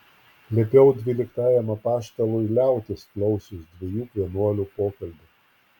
liepiau dvyliktajam apaštalui liautis klausius dviejų vienuolių pokalbių